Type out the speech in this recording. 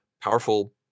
powerful